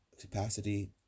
capacity